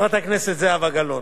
חברת הכנסת זהבה גלאון.